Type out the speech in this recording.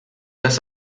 das